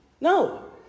No